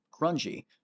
grungy